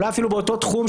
אולי אפילו באותו תחום,